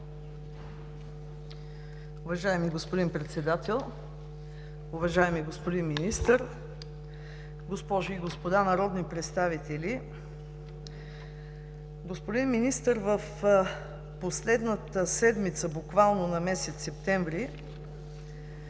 Уважаеми господин Председател, уважаеми господин Министър, госпожи и господа народни представители! Господин Министър, в последната седмица на месец септември